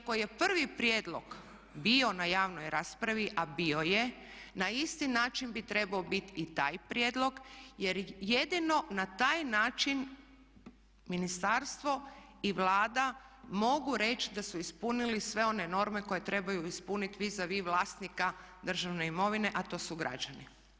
Iako je prvi prijedlog bio na javnoj raspravi a bio je na isti način bi trebao biti i taj prijedlog jer jedino na taj način ministarstvo i Vlada mogu reći da su ispunili sve one norme koje trebaju ispuniti vis a vis vlasnika državne imovine a to su građani.